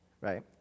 right